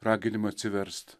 raginimą atsiverst